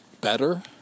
better